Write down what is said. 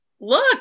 look